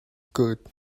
good